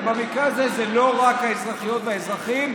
ובמקרה הזה זה לא רק האזרחיות והאזרחים,